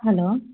hello